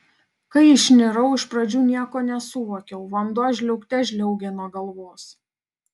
kai išnirau iš pradžių nieko nesuvokiau vanduo žliaugte žliaugė nuo galvos